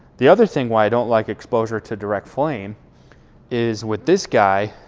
the other thing why i don't like exposure to direct flame is with this guy,